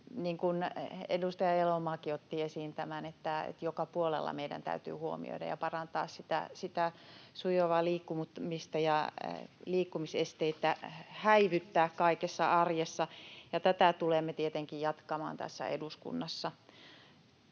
edustaja Elomaakin otti esiin, meidän täytyy joka puolella huomioida ja parantaa sitä sujuvaa liikkumista ja häivyttää liikkumisesteitä kaikessa arjessa, ja tätä tulemme tietenkin jatkamaan tässä eduskunnassa.